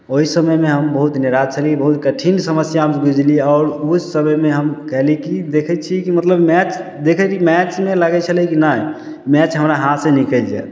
ओहि समयमे हम बहुत निराश छलिए बहुत कठिन समस्या से गुजरली आओर उस समयमे हम कहली कि देखै छियै कि मतलब मैच देखे रहिए मैचमे लगै छलै कि नहि मैच हमरा हाथ से निकलि जायत